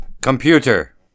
Computer